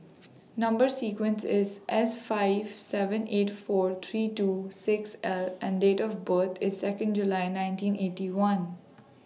Number sequence IS S five seven eight four three two six L and Date of birth IS Second July nineteen Eighty One